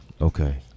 okay